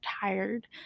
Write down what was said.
tired